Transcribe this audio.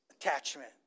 attachment